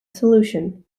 solution